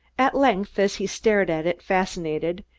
at length, as he stared at it fascinated,